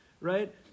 right